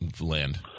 land